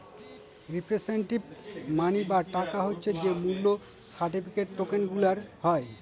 representative মানি বা টাকা হচ্ছে যে মূল্য সার্টিফিকেট, টকেনগুলার হয়